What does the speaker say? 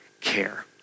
care